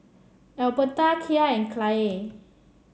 Albertha Kya and Kyleigh